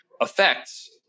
affects